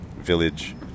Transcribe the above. village